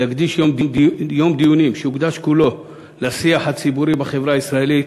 להקדיש יום דיונים שיוקדש כולו לשיח הציבורי בחברה הישראלית,